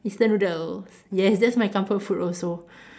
instant noodles yes that's my comfort food also